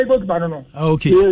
Okay